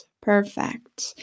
Perfect